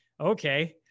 okay